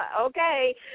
Okay